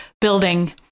building